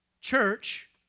Church